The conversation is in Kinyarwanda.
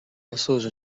yasoje